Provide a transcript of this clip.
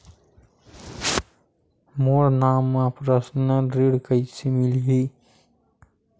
मोर नाम म परसनल ऋण कइसे मिलही?